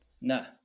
No